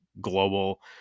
global